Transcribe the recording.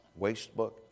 Wastebook